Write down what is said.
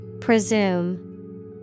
Presume